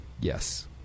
yes